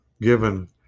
given